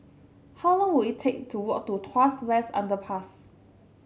how long will it take to walk to Tuas West Underpass